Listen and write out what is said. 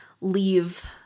leave